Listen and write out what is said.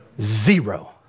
Zero